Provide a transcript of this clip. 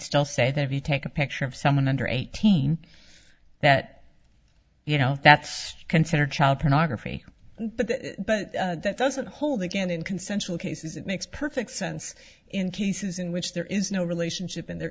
still say that if you take a picture of someone under eighteen that you know if that's considered child pornography but but that doesn't hold again in consensual cases it makes perfect sense in cases in which there is no relationship and there